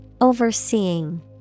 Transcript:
Overseeing